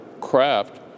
craft